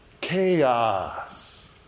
chaos